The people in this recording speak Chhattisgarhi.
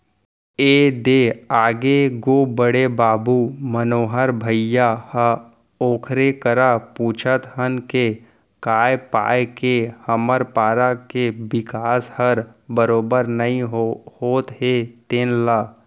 ए दे आगे गो बड़े बाबू मनोहर भइया ह ओकरे करा पूछत हन के काय पाय के हमर पारा के बिकास हर बरोबर नइ होत हे तेन ल